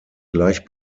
gleich